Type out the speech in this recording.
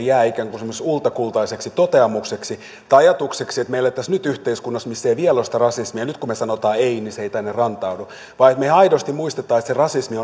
ei jää ikään kuin semmoiseksi ulkokultaiseksi toteamukseksi tai ajatukseksi että kun meillä ei nyt ole tässä yhteiskunnassa vielä sitä rasismia niin nyt kun me sanomme ei niin se ei tänne rantaudu on tärkeää että me ihan aidosti muistamme että se rasismi